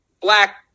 black